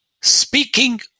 speaking